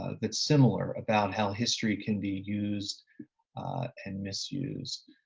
ah that's similar about how history can be used and misused.